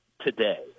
today